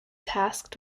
tasked